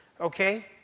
Okay